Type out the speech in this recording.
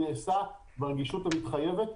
נעשה ברגישות המתחייבת,